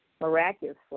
miraculously